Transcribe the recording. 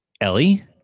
Ellie